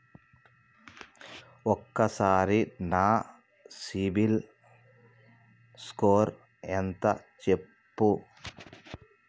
ఒక్కసారి నా CIBIL score ఎంత చెప్పు?